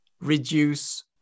reduce